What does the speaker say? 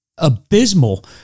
abysmal